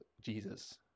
Jesus